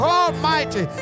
almighty